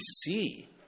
see